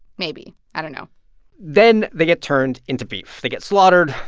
maybe. i don't know then they get turned into beef. they get slaughtered.